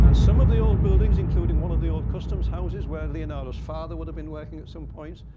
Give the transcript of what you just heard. ah some of the old buildings, including one of the old customs houses where leonardo's father would have been working at some point,